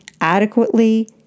adequately